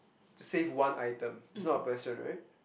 save one item it's not a person right